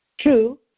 True